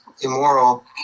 immoral